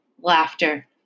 laughter